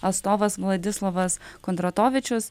atstovas vladislavas kondratovičius